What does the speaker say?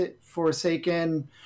Forsaken